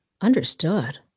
Understood